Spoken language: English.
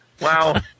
Wow